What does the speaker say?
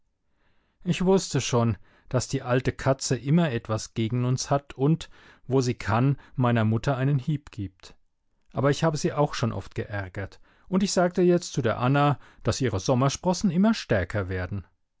ich wußte schon daß die alte katze immer etwas gegen uns hat und wo sie kann meiner mutter einen hieb gibt aber ich habe sie auch schon oft geärgert und ich sagte jetzt zu der anna daß ihre sommersprossen immer stärker werden